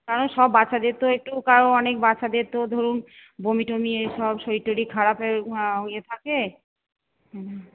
কারণ সব বাচ্চাদের তো একটু কারণ অনেক বাচ্চাদের তো ধরুন বমি টমি এসব শরীর টরির খারাপ হয়ে থাকে